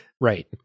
Right